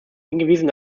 hingewiesen